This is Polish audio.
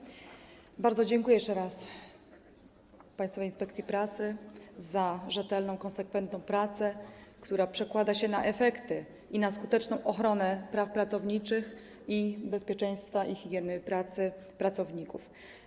Jeszcze raz bardzo dziękuję Państwowej Inspekcji Pracy za rzetelną, konsekwentną pracę, która przekłada się na efekty i na skuteczną ochronę praw pracowniczych i bezpieczeństwa i higieny pracy pracowników.